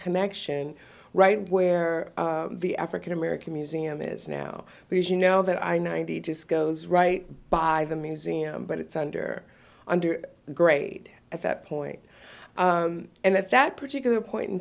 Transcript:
connection right where the african american museum is now because you know that i ninety just goes right by the museum but it's under under the grade at that point and at that particular point in